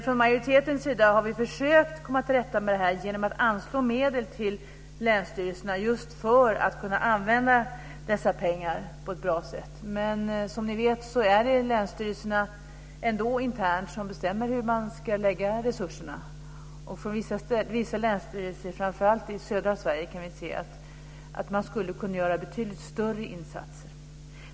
Från majoritetens sida har vi försökt komma till rätta med det här genom att anslå medel till länsstyrelserna, just för att de ska kunna använda dessa pengar på ett bra sätt. Men som ni vet bestämmer ändå länsstyrelserna internt var de ska lägga resurserna. När det gäller vissa länsstyrelser, framför allt i södra Sverige, kan vi se att de skulle kunna göra betydligt större insatser.